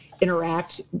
interact